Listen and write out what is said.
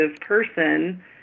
person